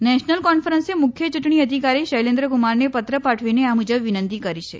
national કોન્ફરન્સે મુખ્ય ચૂંટણી અધિકારી શૈલેન્દ્ર કુમારને પત્ર પાઠવીને આ મુજબ વિનંતી કરે છે